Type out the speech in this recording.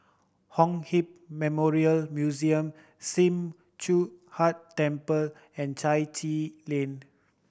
Kong Hiap Memorial Museum Sim Choon Huat Temple and Chai Chee Lane